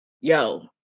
yo